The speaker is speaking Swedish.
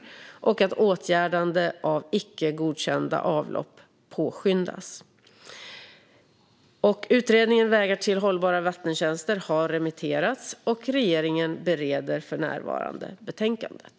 Det skulle kunna bidra till att åtgärdande av icke godkända avlopp påskyndas. Vägar till hållbara vattentjänster har remitterats, och regeringen bereder för närvarande betänkandet.